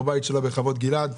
בבית שלה בחוות גלעד.